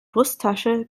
brusttasche